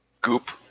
Goop